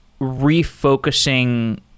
refocusing